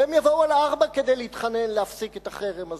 והם יבואו על ארבע כדי להתחנן להפסיק את החרם הזה.